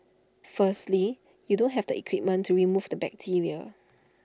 firstly you don't have the equipment to remove the bacteria